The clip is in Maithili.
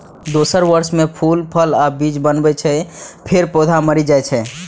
दोसर वर्ष मे फूल, फल आ बीज बनै छै, फेर पौधा मरि जाइ छै